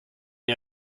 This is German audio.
ihr